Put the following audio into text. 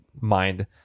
mind